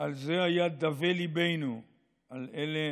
"על זה היה דוֶה ליבנו על אלה